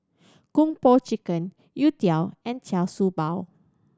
Kung Po Chicken youtiao and Char Siew Bao